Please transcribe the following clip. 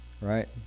right